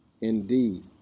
Indeed